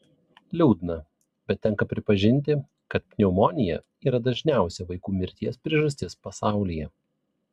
liūdna bet tenka pripažinti kad pneumonija yra dažniausia vaikų mirties priežastis pasaulyje